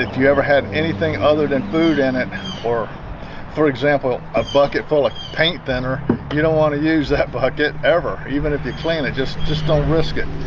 you ever had anything other than food in it or for example a bucket full of paint thinner you don't want to use that bucket ever even if you clean it just just don't risk it.